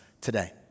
today